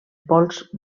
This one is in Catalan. pols